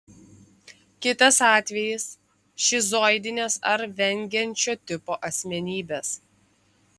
kitas atvejis šizoidinės ar vengiančio tipo asmenybės